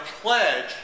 pledge